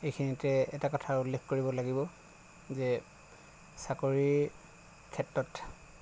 এইখিনিতে এটা কথা উল্লেখ কৰিব লাগিব যে চাকৰিৰ ক্ষেত্ৰত